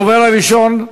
הדובר הראשון,